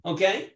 Okay